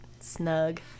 snug